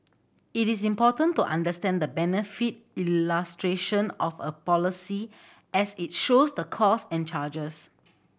it is important to understand the benefit illustration of a policy as it shows the cost and charges